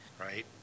right